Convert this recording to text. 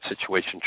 situation